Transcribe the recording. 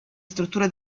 strutture